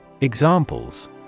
Examples